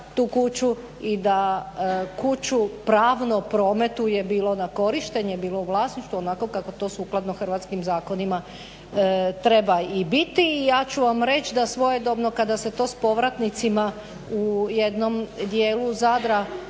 tu kuću i da kuću pravno prometuje bilo na korištenje bilo u vlasništvu onako kako to sukladno hrvatskim zakonima treba i biti. I ja ću vam reći da svojedobno kada se to s povratnicima u jednom dijelu Zadra